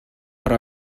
però